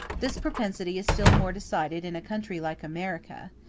this propensity is still more decided in a country like america,